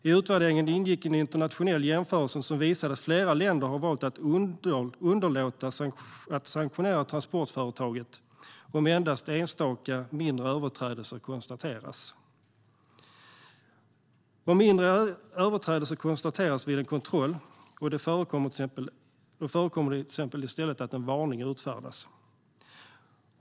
I utvärderingen ingick en internationell jämförelse som visade att flera länder har valt att underlåta att utfärda sanktioner mot transportföretag om endast enstaka mindre överträdelser konstateras. Då förekommer det i stället att en varning utfärdas.